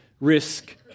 risk